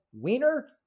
wiener